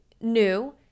new